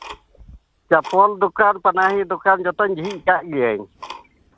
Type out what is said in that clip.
ᱪᱟᱯᱚᱞ ᱫᱚᱠᱟᱱ ᱯᱟᱱᱟᱦᱤ ᱫᱚᱠᱟᱱ ᱡᱚᱛᱚᱧ ᱡᱷᱤᱡ ᱠᱟᱜ ᱜᱤᱭᱟᱹᱧ